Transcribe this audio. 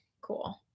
cool